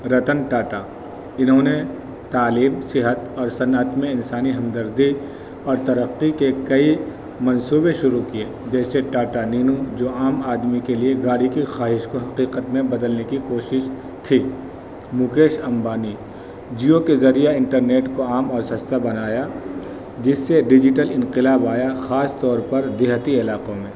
رتن ٹاٹا انہوں نے تعلیم صحت اور صنعت میں انسانی ہمدردی اور ترقی کے کئی منصوبے شروع کیے جیسے ٹاٹا نینو جو عام آدمی کے لیے گاڑ کی خواہش کو حقیقت میں بدلنے کی کوشش تھی مکیش امبانی جیو کے ذریعہ انٹرنیٹ کو عام اور سستا بنایا جس سے ڈیجیٹل انقلاب آیا خاص طور پر دیہتی علاقوں میں